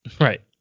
Right